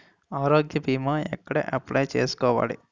ఆరోగ్య భీమా ఎక్కడ అప్లయ్ చేసుకోవాలి?